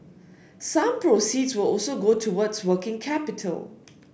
some proceeds will also go towards working capital